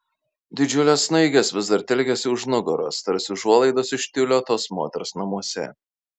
didžiulės snaigės vis dar telkėsi už nugaros tarsi užuolaidos iš tiulio tos moters namuose